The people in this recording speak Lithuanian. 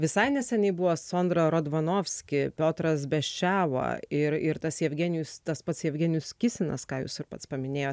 visai neseniai buvo sondra rodvanovski piotras beščeva ir ir tas jevgenijus tas pats jevgenijus kisinas ką jūs ir pats paminėjot